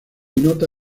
nota